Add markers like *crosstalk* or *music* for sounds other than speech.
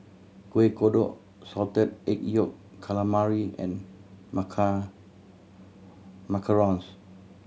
Kueh Kodok Salted Egg Yolk Calamari and *unintelligible* macarons